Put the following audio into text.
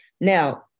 Now